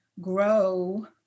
grow